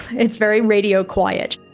it's very radio quiet.